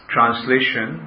Translation